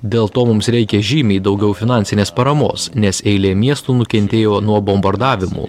dėl to mums reikia žymiai daugiau finansinės paramos nes eilė miestų nukentėjo nuo bombardavimų